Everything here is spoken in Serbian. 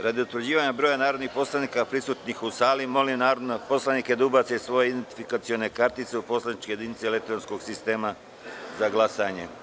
Radi utvrđivanja broja narodnih poslanika prisutnih u sali, molim narodne poslanike da ubace svoje identifikacione kartice u poslaničke jedinice elektronskog sistema za glasanje.